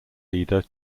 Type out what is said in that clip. leader